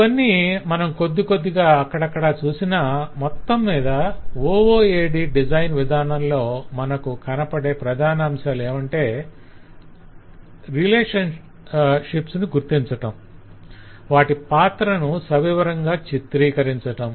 ఇవన్నీ మనం కొద్దికొద్దిగా అక్కడక్కడ చూసినా మొత్తంమీద OOAD డిజైన్ విధానంలో మనకు కనపడే ప్రధానాంశాలు ఏమంటే రిలేషన్షిప్స్ ను గుర్తించటం వాటి పాత్రను సవివరంగా చిత్రీకరించటం